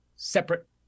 separate